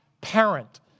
parent